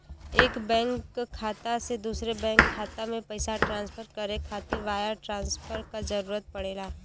एक बैंक खाता से दूसरे बैंक खाता में पइसा ट्रांसफर करे खातिर वायर ट्रांसफर क जरूरत पड़ेला